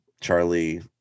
Charlie